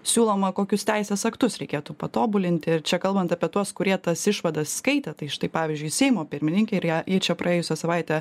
siūloma kokius teisės aktus reikėtų patobulinti ir čia kalbant apie tuos kurie tas išvadas skaitė tai štai pavyzdžiui seimo pirmininkė ir ją ji čia praėjusią savaitę